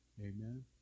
Amen